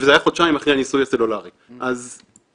שלא להכניס שימוש בטלפון סלולרי בגלל הגודל שלו,